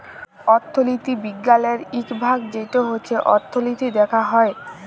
অথ্থলিতি বিজ্ঞালের ইক ভাগ যেট ছট অথ্থলিতি দ্যাখা হ্যয়